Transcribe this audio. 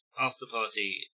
after-party